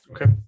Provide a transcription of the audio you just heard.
Okay